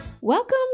Welcome